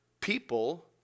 people